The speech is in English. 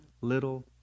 little